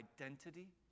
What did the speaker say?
identity